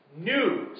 news